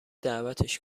دعوتش